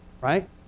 right